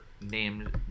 named